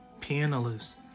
pianist